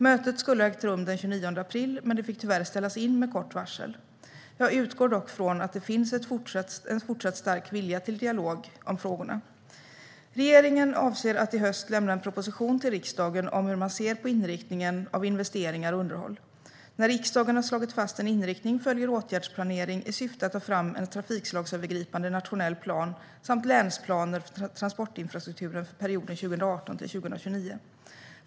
Mötet skulle ha ägt rum den 29 april, men det fick tyvärr ställas in med mycket kort varsel. Jag utgår dock från att det finns en fortsatt stark vilja till dialog om frågorna. Regeringen avser att i höst lämna en proposition till riksdagen om hur man ser på inriktningen av investeringar och underhåll. När riksdagen har slagit fast en inriktning följer åtgärdsplanering i syfte att ta fram en trafikslagsövergripande nationell plan och länsplaner för transportinfrastrukturen för perioden 2018-2029.